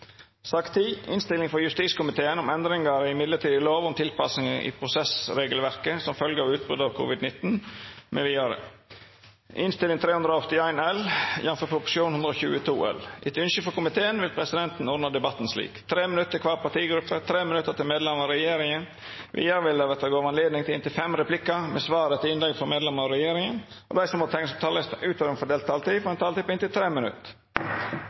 sak nr. 9. Etter ynskje frå justiskomiteen vil presidenten ordna debatten slik: 3 minutt til kvar partigruppe og 3 minutt til medlemer av regjeringa. Vidare vil det verta gjeve anledning til inntil fem replikkar med svar etter innlegg frå medlemer av regjeringa, og dei som måtte teikna seg på talarlista utover den fordelte taletida, får òg ei taletid på inntil 3 minutt.